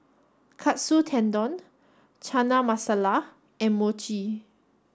Katsu Tendon Chana Masala and Mochi